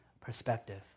perspective